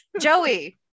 joey